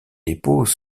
dépôts